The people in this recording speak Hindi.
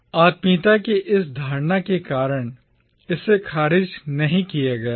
आत्मीयता की इस धारणा के कारण इसे खारिज नहीं किया गया था